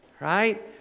right